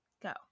go